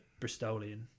Bristolian